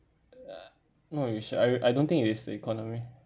no you should I I don't think it's the economy